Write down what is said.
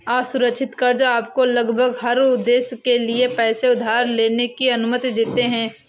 असुरक्षित कर्ज़ आपको लगभग हर उद्देश्य के लिए पैसे उधार लेने की अनुमति देते हैं